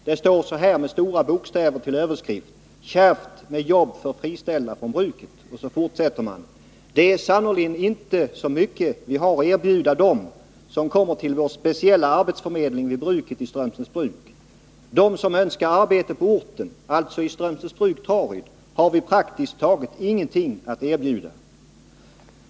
Det står med stora bokstäver som överskrift: ”Kärvt med jobb för friställda från bruket!” Så fortsätter man: ”Det är sannerligen inte så mycket vi har att erbjuda dem som kommer till vår speciella arbetsförmedling vid bruket i Strömsnäsbruk. De som önskar arbete på orten, alltså i Strömsnäsbruk — Traryd, har vi praktiskt taget ingenting att erbjuda.